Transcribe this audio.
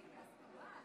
מציגה